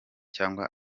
cyangwa